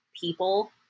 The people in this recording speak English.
people